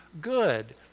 good